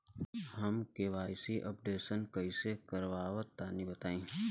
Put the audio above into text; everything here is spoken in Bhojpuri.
हम के.वाइ.सी अपडेशन कइसे करवाई तनि बताई?